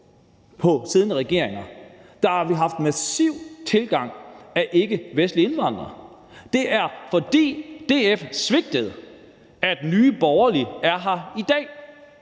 siddende regeringer, har vi haft en massiv tilgang af ikkevestlige indvandrere. Det er, fordi DF svigtede, at Nye Borgerlige er her i dag.